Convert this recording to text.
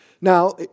Now